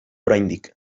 oraindik